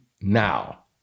Now